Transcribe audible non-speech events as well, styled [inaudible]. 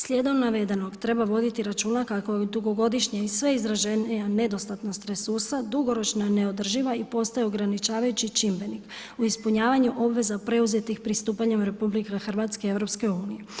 Slijedom navedenog treba voditi računa kako i dugogodišnja i sve izraženija nedostatna ... [unintelligible] dugoročna neodrživa i postaju ograničavajući čimbenik u ispunjavanju obveza preuzetih pristupanjem RH EU.